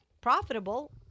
profitable